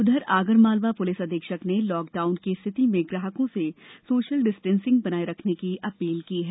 उधर आगर मालवा पुलिस अधीक्षक ने लॉकडाउन की स्थिति में ग्राहकों से सोशल डिस्टेंसिंग बनाये रखने की अपील की है